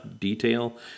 detail